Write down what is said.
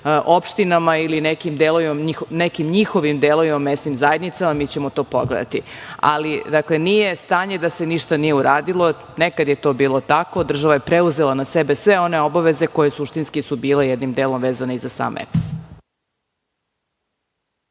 opštinama ili nekim njihovim delovima, mesnim zajednicama i mi ćemo to pogledati. Dakle, nije stanje da se ništa nije uradilo. Nekad je to bilo tako. Država je preuzela na sebe sve one obaveze koje suštinski su bile jednim delom vezane i sam EPS.